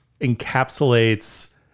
encapsulates